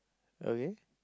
okay